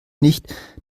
nicht